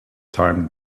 time